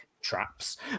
traps